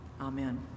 Amen